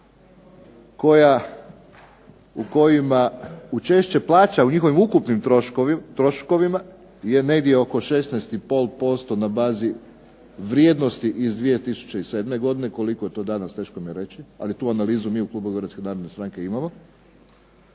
koja, u kojima učešće plaća, u njihovim ukupnim troškovima je negdje oko 16 i pol posto na bazi vrijednosti iz 2007. godine, koliko je to danas teško mi je reći, ali tu analizu mi u klubu Hrvatske narodne stranke imamo.